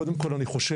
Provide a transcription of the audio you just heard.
קודם כל אני חושב,